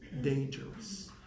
dangerous